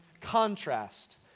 contrast